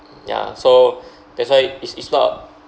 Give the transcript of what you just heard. ya so that's why it's it's not